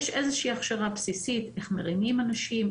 יש איזושהי הכשרה בסיסית איך מרימים אנשים,